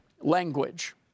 language